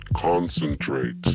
concentrate